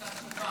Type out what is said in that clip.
תשובה.